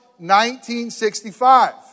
1965